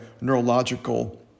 neurological